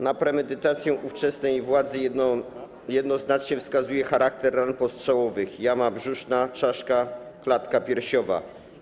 Na premedytację ówczesnej władzy jednoznacznie wskazuje charakter ran postrzałowych: jama brzuszna, czaszka, klatka piersiowa.